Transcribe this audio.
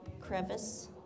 crevice